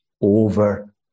over